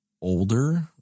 older